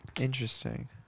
Interesting